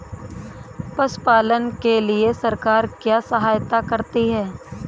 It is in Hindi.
पशु पालन के लिए सरकार क्या सहायता करती है?